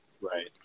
right